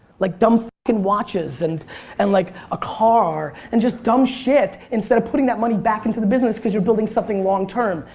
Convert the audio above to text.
like dumb watches and and like a car and just dumb shit instead of putting that money back into the business because you're building something long-term.